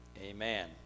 Amen